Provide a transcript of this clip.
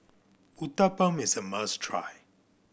uthapam is a must try